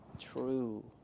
true